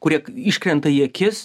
kurie iškrenta į akis